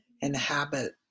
inhabit